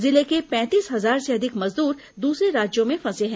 जिले के पैंतीस हजार से अधिक मजदूर दूसरे राज्यों में फंसे हैं